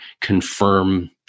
confirm